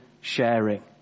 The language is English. sharing